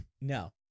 No